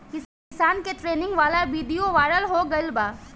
किसान के ट्रेनिंग वाला विडीओ वायरल हो गईल बा